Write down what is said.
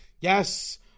Yes